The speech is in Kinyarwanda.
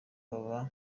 baba